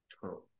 True